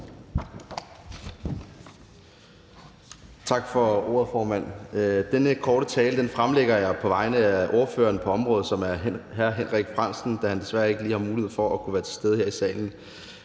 Tak for ordet, formand. Denne tale holder jeg også på vegne af ordføreren på området, som er hr. Henrik Frandsen, da han desværre stadig ikke har mulighed for at kunne være til stede her i salen.